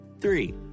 three